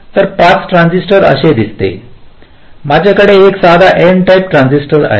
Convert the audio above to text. तर pass transistor असे दिसते माझ्याकडे एक साधा N टाइप ट्रान्झिस्टर आहे